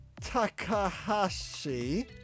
Takahashi